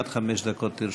עד חמש דקות לרשותך.